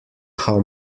how